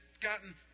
gotten